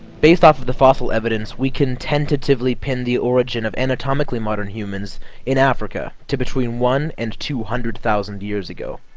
based off of the fossil evidence we can tentatively pin the origin of anatomically modern humans in africa to between one and two hundred thousand years ago